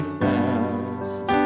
fast